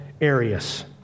Arius